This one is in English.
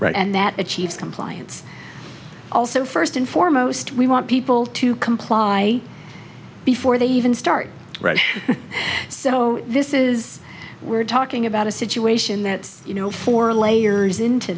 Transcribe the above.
right and that achieves compliance also first and foremost we want people to comply before they even start reading so this is we're talking about a situation that's you know four layers into